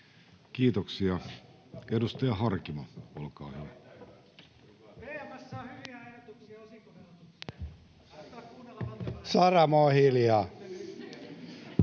Kiitoksia. — Edustaja Harkimo, olkaa hyvä.